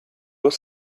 was